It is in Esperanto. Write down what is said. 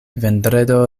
vendredo